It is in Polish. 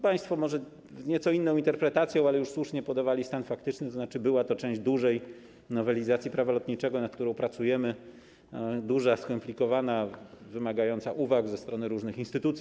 Państwo może z nieco inną interpretacją, ale już słusznie podawali stan faktyczny, to znaczy była to część dużej nowelizacji Prawa lotniczego, nad którą pracujemy: duża, skomplikowana, przede wszystkim wymagająca uwag ze strony różnych instytucji.